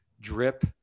drip